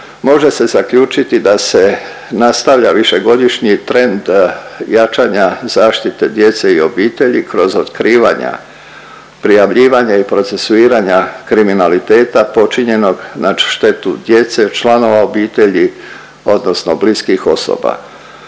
može se zaključiti da se nastavlja višegodišnji trend jačanja zaštite djece i obitelji kroz otkrivanja, prijavljivanja i procesuiranja kriminaliteta počinjenog na štetu djece, članova obitelji odnosno bliskih osoba.